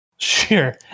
Sure